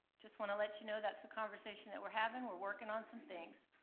just wanna let you know that's the conversation that we're having, we're working on some things,